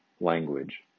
language